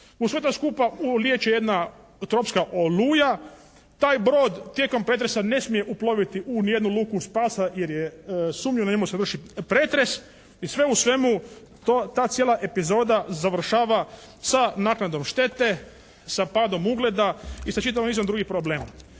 U sve to skupa ulijeće jedna tropska oluja, taj brod tijekom pretresa ne smije uploviti u nijednu luku spasa jer je sumnjiv, na njemu se vrši pretres i sve u svemu ta cijela epizoda završava sa naknadom štete, sa padom ugleda i sa čitavim nizom drugih problema.